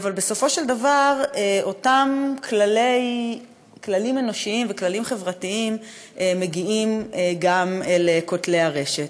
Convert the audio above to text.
אבל בסופו של דבר אותם כללים אנושיים וכללים חברתיים מגיעים גם לרשת.